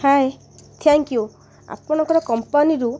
hi thank you ଆପଣଙ୍କର କମ୍ପାନୀରୁ